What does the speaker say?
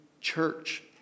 church